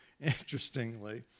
interestingly